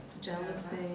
Jealousy